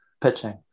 pitching